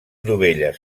dovelles